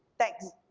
thanks.